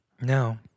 No